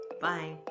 Bye